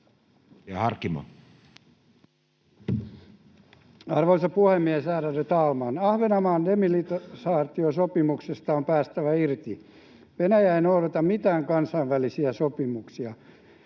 Arvoisa puhemies, ärade talman! Ahvenanmaan demilitarisaatiosopimuksesta on päästävä irti. Venäjä ei noudata mitään kansainvälisiä sopimuksia.